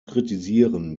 kritisieren